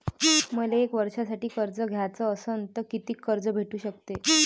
मले एक वर्षासाठी कर्ज घ्याचं असनं त कितीक कर्ज भेटू शकते?